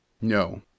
No